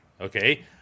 Okay